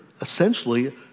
essentially